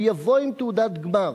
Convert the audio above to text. הוא יבוא עם תעודת גמר.